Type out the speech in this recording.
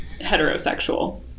heterosexual